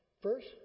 First